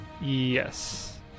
Yes